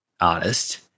artist